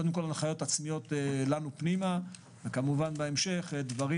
קודם כל הנחיות עצמיות לנו פנימה וכמובן בהמשך דברים